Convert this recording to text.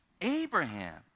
Abraham